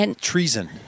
Treason